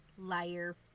Liar